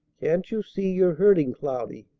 can't you see you're hurting cloudy?